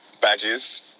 badges